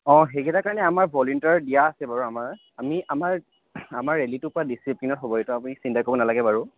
অঁ সেইকেটাৰ কাৰণে আমাৰ ভলেন্টিয়াৰ দিয়া আছে বাৰু আমাৰ আমি আমাৰ আমাৰ ৰেলীটো পূৰা ডিচিপ্লিনত হ'ব সেইটো আপুনি চিন্তা কৰিব নালাগে বাৰু